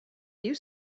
you